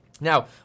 Now